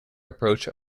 approach